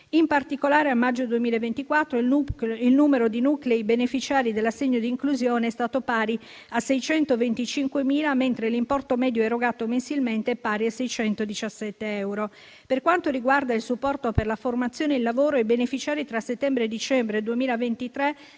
In particolare a maggio 2024 il numero di nuclei beneficiari dell'assegno di inclusione è stato pari a 625.000, mentre l'importo medio erogato mensilmente è pari a 617 euro. Per quanto riguarda il supporto per la formazione e il lavoro, i beneficiari tra settembre e dicembre 2023